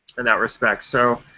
in that respect? so,